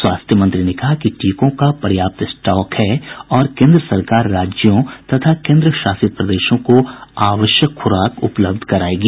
स्वास्थ्य मंत्री ने कहा कि टीकों का पर्याप्त स्टॉक है और केन्द्र सरकार राज्यों और केंद्रशासित प्रदेशों को आवश्यक खुराक उपलब्ध कराएगी